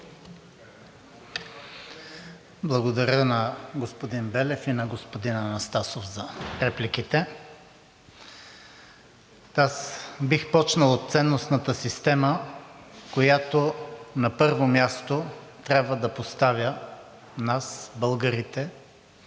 Благодаря на господин Белев и на господин Анастасов за репликите. Аз бих започнал от ценностната система, която, на първо място, трябва да поставя нас, българите,